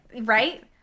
right